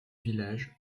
village